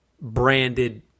branded